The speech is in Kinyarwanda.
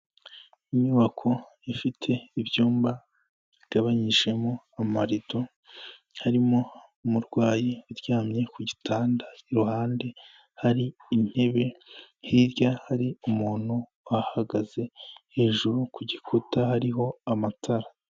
Inyubako ifite ibyumba bigabanyijemo amarido, harimo umurwayi aryamye ku gitanda, iruhande hari intebe, hirya hari umuntu uhagaze, hejuru ku gikuta hariho amatara.